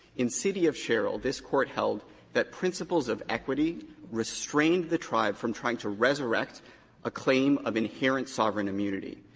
in the city of sherrill, this court held that principles of equity restrained the tribe from trying to resurrect a claim of inherent sovereign immunity.